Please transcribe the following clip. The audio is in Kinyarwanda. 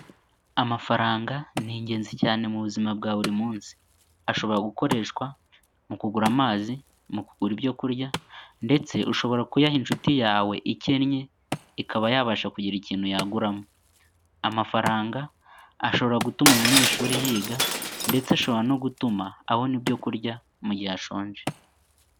Amafaranga ni ingenzi cyane mu buzima bwa buri munsi, ashobora gukoreshwa mu kugura amazi, mu kugura ibyo kurya ndetse ushobora kuyaha inshuti yawe ikennye, ikaba yabasha kugira ikintu yaguramo; amafaranga ashobora gutuma umunyeshuri yiga ndetse ashobora no gutuma abona ibyo kurya mu gihe ashonje.